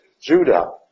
Judah